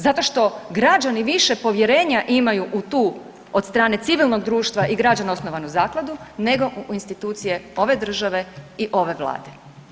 Zato što građani više povjerenja imaju u tu od strane civilnog društva i građana osnovanu zakladu nego u institucije ove države i ove vlade.